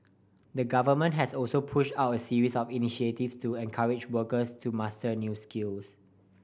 the Government has also pushed out a series of initiative to encourage workers to master new skills